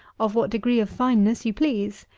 of what degree of fineness you please.